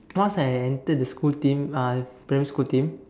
once I entered the school team uh primary school team